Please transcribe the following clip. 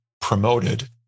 promoted